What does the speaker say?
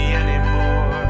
anymore